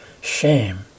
shame